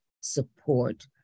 support